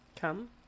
Come